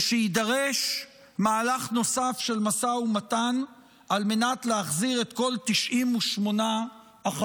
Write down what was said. ושיידרש מהלך נוסף של משא ומתן על מנת להחזיר את כל 98 החטופים.